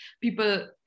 people